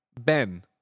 Ben